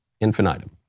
infinitum